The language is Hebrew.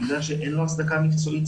בגלל שאין לו הצדקה מקצועית,